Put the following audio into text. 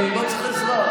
אני לא צריך עזרה.